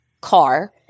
car